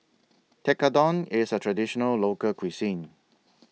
Tekkadon IS A Traditional Local Cuisine